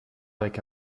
avec